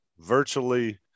Virtually